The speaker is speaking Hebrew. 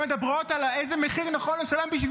שמדברות על איזה מחיר נכון לשלם בשביל